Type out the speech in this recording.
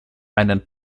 einen